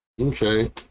Okay